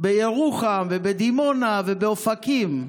בירוחם ובדימונה ובאופקים,